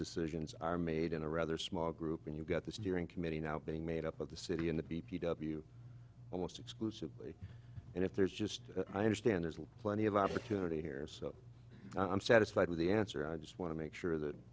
decisions are made in a rather small group when you've got the steering committee now being made up of the city and the b p almost exclusively and if there's just i understand there's a plenty of opportunity here so i'm satisfied with the answer i just want to make sure that